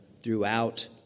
throughout